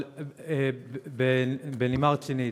אבל בנימה רצינית,